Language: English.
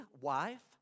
wife